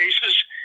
cases